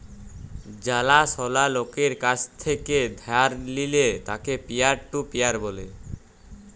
জালা সলা লকের কাছ থেক্যে ধার লিলে তাকে পিয়ার টু পিয়ার ব্যলে